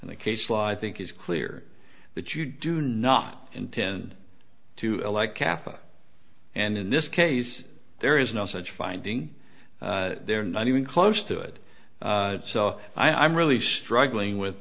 and the case law i think is clear that you do not intend to elect calf and in this case there is no such finding they're not even close to it so i'm really struggling with